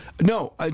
no